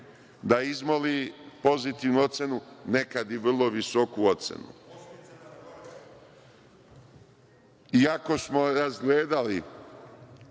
da izmoli pozitivnu ocenu, nekada i vrlo visoku ocenu. Iako smo razgledali